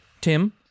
Tim